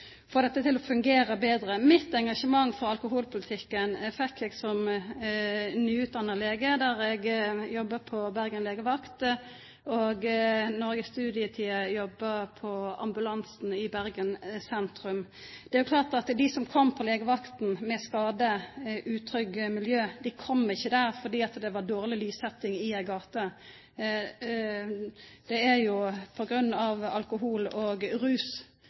få dette til å fungera betre. Mitt engasjement for alkoholpolitikken fekk eg som nyutdanna lege, da eg jobba på Bergen legevakt, og frå studietida, da eg jobba på ambulansen i Bergen sentrum. Det er klart at dei som kom på legevakta med ein skade, frå utrygge miljø, ikkje kom fordi det var dårleg lyssetjing i ei gate. Det er jo på grunn av alkohol og rus